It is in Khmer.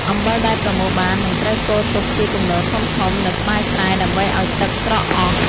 អំបិលដែលប្រមូលបាន នឹងត្រូវគរទុកជាគំនរធំៗនៅក្បែរស្រែដើម្បីឱ្យទឹកស្រក់អស់។